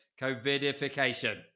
COVIDification